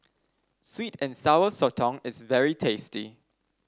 sweet and Sour Sotong is very tasty